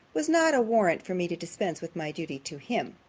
was not a warrant for me to dispense with my duty to him.